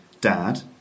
dad